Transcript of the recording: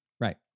Right